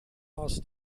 gas